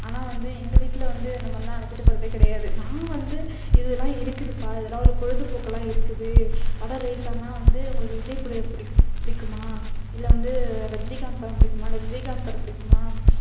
ஆனால் வந்து எங்கள் வீட்டில் வந்து அந்தமாதிரிலாம் அழைச்சிட்டு போகிறதே கிடையாது நான் வந்து இது எல்லாம் இருக்குதுப்பா இதெல்லாம் ஒரு பொழுதுபோக்குலாம் இருக்குது படம் ரிலீஸானால் வந்து உங்களுக்கு விஜய் பிடிக்குமா இல்லை வந்து ரஜினிகாந்த் படம் பிடிக்குமா இல்லை விஜயகாந்த் படம் பிடிக்குமா